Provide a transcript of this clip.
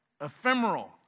Ephemeral